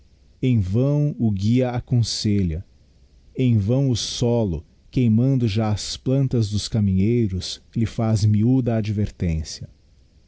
em vão o guia aconselha em vão o solo queimando já as plantas dos caminheiros lhe faz miúda advertência